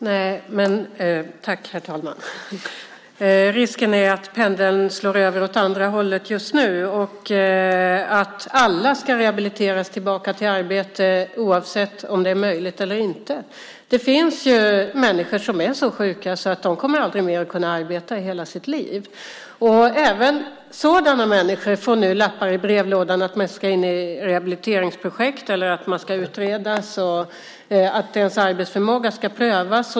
Herr talman! Nej, men risken är att pendeln slår över åt andra hållet just nu och att alla ska rehabiliteras tillbaka till arbete oavsett om det är möjligt eller inte. Det finns människor som är så sjuka att de aldrig mer kommer att kunna arbeta i hela sitt liv. Även sådana människor får nu lappar i brevlådan om att de ska in i rehabiliteringsprojekt, att de ska utredas eller att deras arbetsförmåga ska prövas.